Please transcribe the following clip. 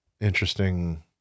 interesting